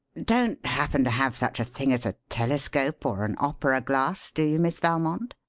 don't happen to have such a thing as a telescope or an opera glass, do you, miss valmond?